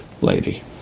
lady